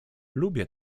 lubię